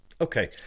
Okay